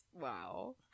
Wow